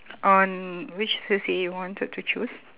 on which C_C_A he wanted to choose